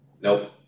Nope